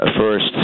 First